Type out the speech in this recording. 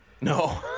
No